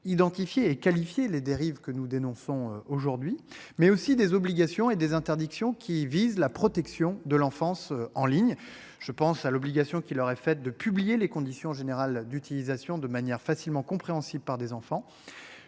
identifié et qualifié les dérives que nous dénonçons aujourd'hui mais aussi des obligations et des interdictions, qui vise la protection de l'enfance en ligne je pense à l'obligation qui leur est faite de publier les conditions générales d'utilisation de manière facilement compréhensible par des enfants.